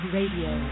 Radio